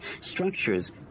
Structures